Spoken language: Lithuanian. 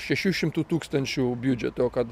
šešių šimtų tūkstančių biudžeto kad